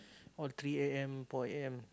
all the three a_m four a_m